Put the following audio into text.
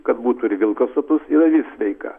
kad būtų ir vilkas sotus ir avis sveika